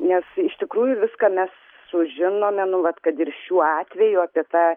nes iš tikrųjų viską mes sužinome nu vat kad ir šiuo atveju apie tą